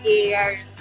Year's